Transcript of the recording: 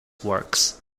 works